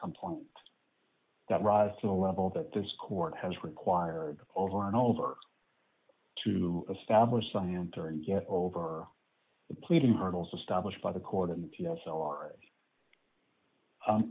complaint that rises to the level that this court has required over and over to establish some entering get over the pleading hurdles established by the court and